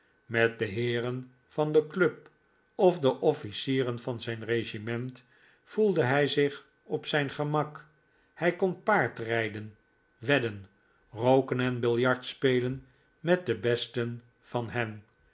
met de heeren van de club of de officieren van zijn regiment voelde hij zich op zijn gemak hij kon paardrijden wedden rooken en biljartspelen met de besten van hen